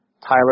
Tyler